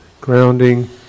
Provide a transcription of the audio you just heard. grounding